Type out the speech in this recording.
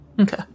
Okay